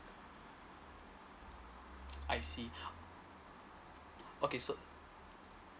I see okay so